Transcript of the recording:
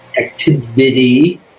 activity